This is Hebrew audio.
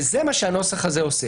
זה מה שהנוסח הזה עושה.